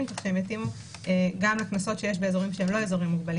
כך שיתאימו גם לקנסות שיש באזורים שאינם מוגבלים.